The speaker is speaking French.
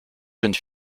jeune